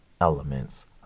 elements